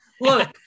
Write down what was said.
look